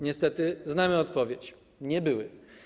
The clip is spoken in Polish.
Niestety znamy odpowiedź: nie były.